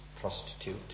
prostitute